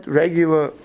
regular